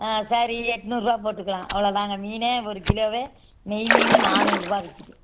ஆ சரி எட்நூறுரூவா போட்டுக்கலாம் அவ்வளோ தாங்க மீனே ஒரு கிலோவே நெய் மீன் நானுாறுரூவா விற்கிது